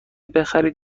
بخرید